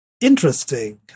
Interesting